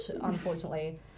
unfortunately